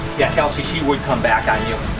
yeah, kelsey she would come back on you.